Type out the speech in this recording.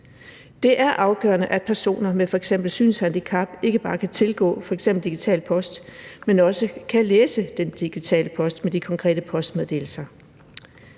Det er afgørende, at personer med f.eks. synshandicap ikke bare kan tilgå f.eks. digital post, men også kan læse den digitale post med de konkrete postmeddelelser.